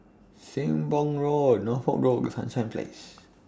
Sembong Road Norfolk Road and Sunshine Place